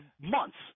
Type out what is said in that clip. months